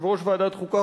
יושב-ראש ועדת החוקה,